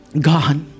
God